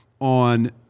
on